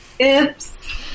Oops